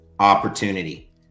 Opportunity